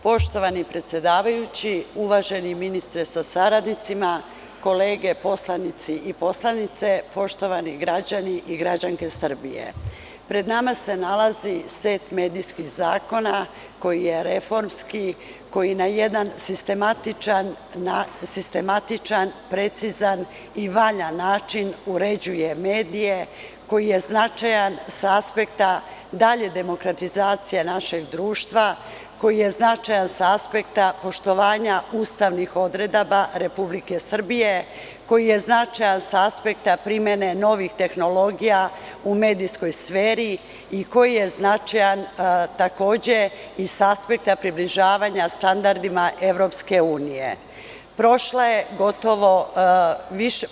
Poštovani predsedavajući, uvaženi ministre sa saradnicima, kolege poslanici i poslanice, poštovani građani i građanke Srbije, pred nama se nalazi set medijskih zakona koji je reformski, koji na jedan sistematičan, precizan i valjan način uređuje medije, koji je značajan sa aspekta dalje demokratizacije našeg društva, koji je značajan sa aspekta poštovanja ustavnih odredaba Republike Srbije, koji je značajan sa aspekta primene novih tehnologija u medijskoj sferi i koji je značajan takođe i sa aspekta približavanja standardima Evropske unije.